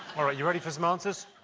right. you ready for some answers?